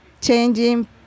changing